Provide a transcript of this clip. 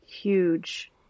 huge